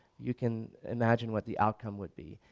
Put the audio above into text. you can imagine what the outcome would be,